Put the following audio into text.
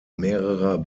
mehrerer